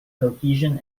cohesion